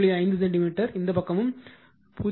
5 centimetre இந்த பக்கமும் 0